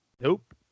Nope